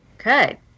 Okay